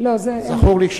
שזכור לי,